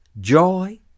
joy